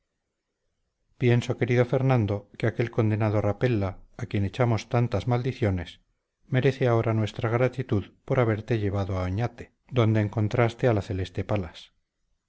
pienso querido fernando que aquel condenado rapella a quien echamos tantas maldiciones merece ahora nuestra gratitud por haberte llevado a oñate donde encontraste a la celeste palas